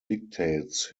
dictates